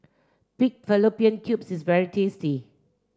Pig Fallopian Tubes is very tasty